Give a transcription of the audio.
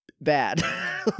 bad